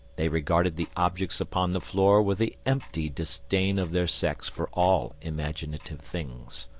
they regarded the objects upon the floor with the empty disdain of their sex for all imaginative things.